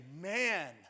man